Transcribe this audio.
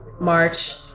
March